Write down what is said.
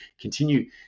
continue